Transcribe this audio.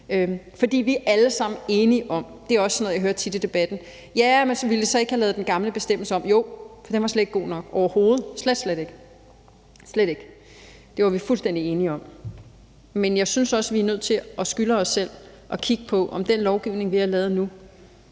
forbedres, som jeg også vil kalde det. Noget, jeg tit hører i debatten, er: Ville I så ikke have lavet den gamle bestemmelse om? Jo, for den var slet ikke god nok, overhovedet – slet, slet ikke. Det var vi fuldstændig enige om, men jeg synes også, vi er nødt til og skylder os selv at kigge på, om den lovgivning, vi har lavet nu,